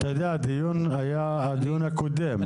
אתה יודע, זה היה נושא הדיון הקודם.